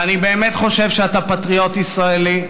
ואני באמת חושב שאתה פטריוט ישראלי,